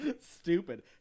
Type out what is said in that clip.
Stupid